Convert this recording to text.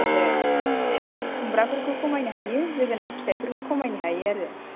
ओहो खुमब्रा फोरखौ खमायनो हायो जोगोनार फिथाय फोरखौ खमायनो हायो आरो